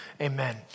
Amen